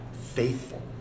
faithful